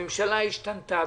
הממשלה השתנתה,